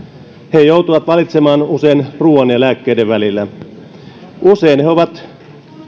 he joutuvat valitsemaan usein ruuan ja lääkkeiden välillä usein he ovat